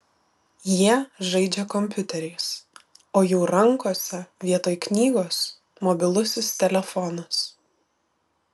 jie žaidžia kompiuteriais o jų rankose vietoj knygos mobilusis telefonas